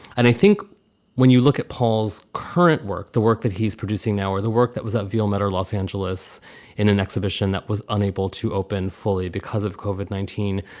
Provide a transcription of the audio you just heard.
and i think when you look at paul's current work, the work that he's producing now, or the work that was a film at of los angeles in an exhibition that was unable to open fully because of covid nineteen,